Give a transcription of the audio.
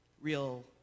real